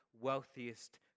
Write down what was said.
wealthiest